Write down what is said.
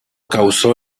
causó